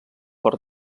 per